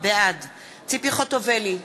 בעד ציפי חוטובלי,